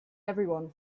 everyone